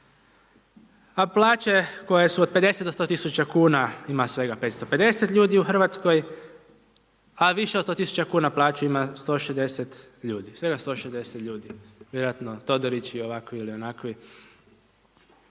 a plaće koje su od 50-100000 kn ima svega 550 ljudi u Hrvatskoj, a više od 100000 kn plaću ima 160 ljudi. Svega 160 ljudi. Vjerojatno Todorić ili ovakvi ili onakvi.